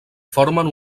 formen